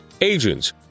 agents